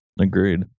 Agreed